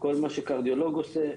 כל מה שקרדיולוג עושה,